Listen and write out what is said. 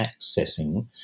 accessing